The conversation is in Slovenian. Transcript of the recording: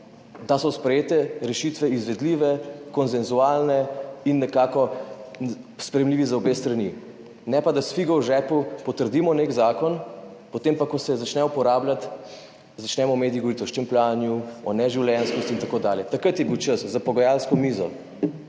da so sprejete rešitve izvedljive, konsenzualne in nekako sprejemljive za obe strani, ne pa da s figo v žepu potrdimo nek zakon, potem pa, ko se začne uporabljati, začnemo v medijih govoriti o štempljanju, neživljenjskosti in tako dalje. Takrat je bil čas, za pogajalsko mizo.